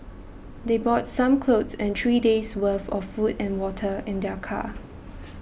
they brought some clothes and three days' worthy of food and water in their car